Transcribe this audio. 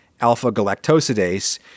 alpha-galactosidase